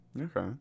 Okay